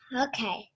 Okay